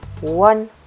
one